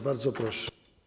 Bardzo proszę.